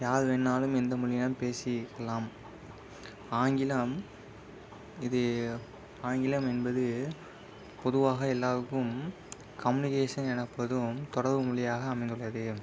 யார் வேண்ணாலும் எந்த மொழில்லாம் பேசிக்கலாம் ஆங்கிலம் இது ஆங்கிலம் என்பது பொதுவாக எல்லாேருக்கும் கம்யூனிகேஷன் எனப்படும் தொடர்வு மொழியாக அமைந்துள்ளது